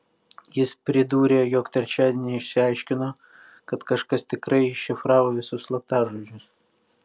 jis pridūrė jog trečiadienį išsiaiškino kad kažkas tikrai iššifravo visus slaptažodžius